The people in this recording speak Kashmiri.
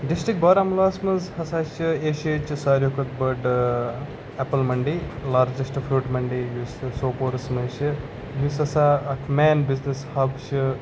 ڈِسٹِرٛک بارہمولاہَس منٛز ہَسا چھِ ایشیہِ چہِ ساروِی کھۄتہٕ بٔڈ ایٚپٕل مٔنڈی لارجَسٹ فرٛوٗٹ مٔنڈی یُس سوپورَس منٛز چھِ یُس ہَسا اَکھ مین بِزنٮ۪س حب چھِ